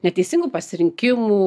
neteisingų pasirinkimų